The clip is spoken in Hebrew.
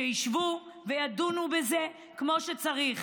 שישבו וידונו בזה כמו שצריך.